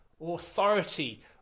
Authority